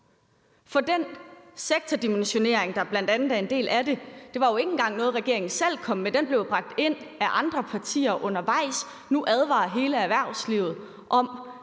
For den sektordimensionering, der bl.a. er en del af det – det var jo ikke engang noget, regeringen selv kom med – blev bragt ind af andre partier undervejs. Nu advarer hele erhvervslivet om,